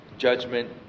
Judgment